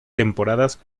temporadas